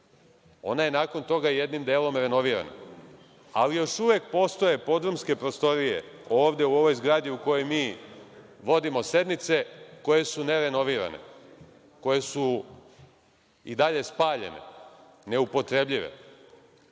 ona je nakon toga jednim delom renovirana, ali još uvek postoje podrumske prostorije, ovde u ovoj zgradi u kojoj mi vodimo sednice, koje su ne renovirane, koje su i dalje spaljene, neupotrebljive. Konferencijski